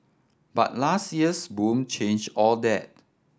but last year's boom changed all that